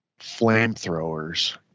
Flamethrowers